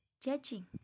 judging